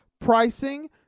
pricing